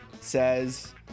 says